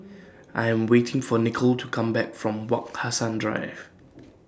I Am waiting For Nicole to Come Back from Wak Hassan Drive